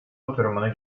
oturumunu